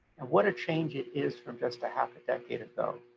and what a change it is from just a half a decade ago.